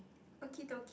walkie talkie